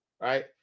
right